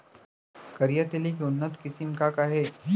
करिया तिलि के उन्नत किसिम का का हे?